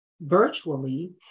virtually